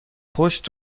پشت